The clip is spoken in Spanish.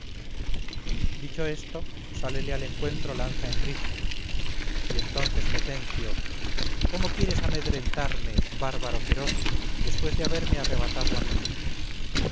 dicho esto sálele al encuentro lanza en ristre y entonces mecencio cómo quieres amedrentarme bárbaro feroz después de haberme arrebatado a mi hijo